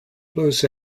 blues